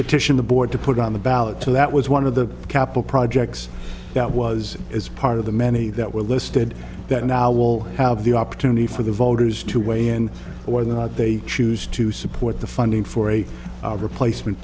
petition the board to put on the ballot so that was one of the capital projects that was as part of the many that were listed that now will have the opportunity for the voters to weigh in or that they choose to support the funding for a replacement